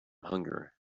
hunger